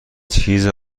چیز